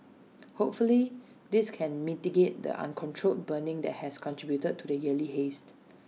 hopefully this can mitigate the uncontrolled burning that has contributed to the yearly haze